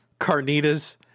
carnitas